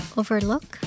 overlook